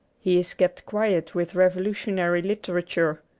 he is kept quiet with revolutionary literature.